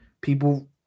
people